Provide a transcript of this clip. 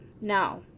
Now